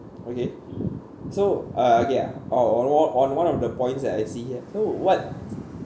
okay so uh okay ah o~ on one on one of the points that I see here so what